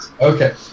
Okay